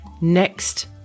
Next